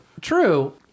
True